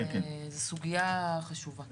זו סוגיה חשובה.